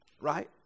right